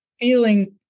feeling